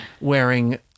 wearing